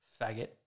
Faggot